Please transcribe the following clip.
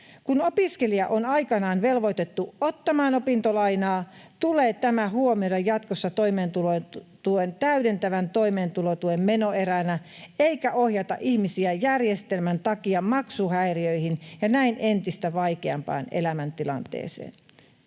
Kun opiskelija on aikanaan velvoitettu ottamaan opintolainaa, tulee tämä huomioida jatkossa täydentävän toimeentulotuen menoeränä eikä ohjata ihmisiä järjestelmän takia maksuhäiriöihin ja näin entistä vaikeampaan elämäntilanteeseen.